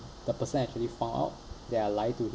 the person actually found out that I lie to